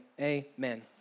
Amen